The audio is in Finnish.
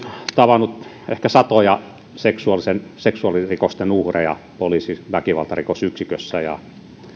tavannut ehkä satoja seksuaalirikosten uhreja poliisin väkivaltarikosyksikössä